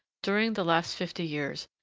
during the last fifty years,